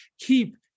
keep